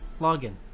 login